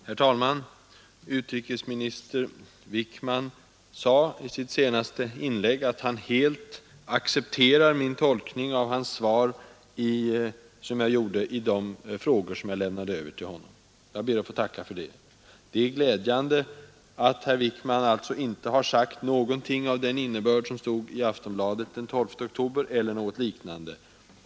Herr talman! Utrikesminister Wickman sade i sitt senaste inlägg att han helt accepterar den tolkning av hans svar som jag gjorde i de frågor som jag riktade till honom. Jag ber att få tacka för det. Det är glädjande att herr Wickman alltså inte har sagt någonting av den innebörd som stått i Aftonbladet den 12 oktober eller något liknande.